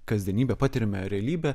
kasdienybę patyrime realybę